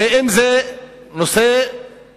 הרי אם זה נושא מפתח,